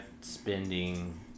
spending